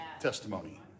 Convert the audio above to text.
testimony